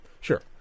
Sure